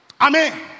Amen